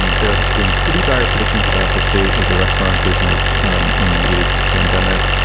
and there have been pretty dire predictions about the fate of the restaurant business um in the age of pandemic.